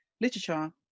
literature